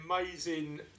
amazing